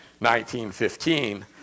1915